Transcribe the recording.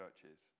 churches